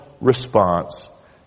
response